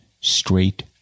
straight